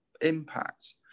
impact